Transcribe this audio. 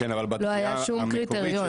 לא היה שום קריטריון.